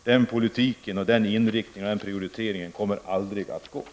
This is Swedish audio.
Den politiken, den inriktningen och den prioriteringen kommer aldrig att fungera.